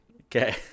Okay